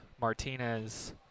Martinez